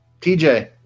TJ